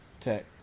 tech